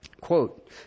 Quote